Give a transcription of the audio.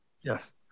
Yes